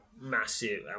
massive